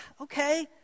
okay